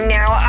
now